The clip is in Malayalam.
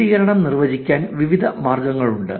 കേന്ദ്രീകരണം നിർവ്വചിക്കാൻ വിവിധ മാർഗങ്ങളുണ്ട്